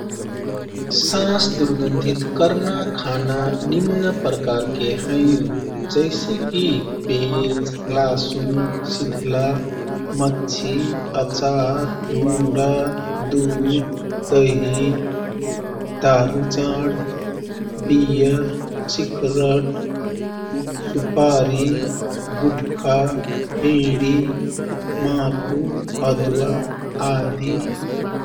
साँस दुरगन्धित कर्ना खाना निम्न प्रकारके हैँ। जैसेकि पेज, लासुन, सिधला, मच्छी, अचार, मुडा, दुध, दही, दारू, जाँड, बियर, सिकरट, सुपारी, गुटखा, बेँडी, माखु अदुवा आदि।